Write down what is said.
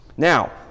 Now